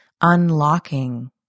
unlocking